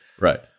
Right